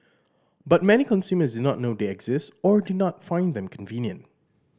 but many consumers do not know they exist or do not find them convenient